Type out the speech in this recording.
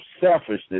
selfishness